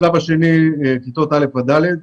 בשלב השני: כיתות א'-ד'.